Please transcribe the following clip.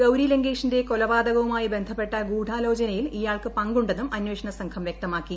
ഗൌരി ലങ്കേഷിന്റെ കൊലപാതകവുമായി ബന്ധപ്പെട്ട ഗൂഡാലോചനയിൽ ഇയാൾക്ക് പങ്കുണ്ടെന്നും അന്വേഷണ സംഘം വ്യക്തമാക്കി